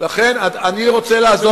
לכן אני רוצה לעזוב,